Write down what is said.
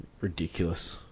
ridiculous